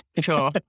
Sure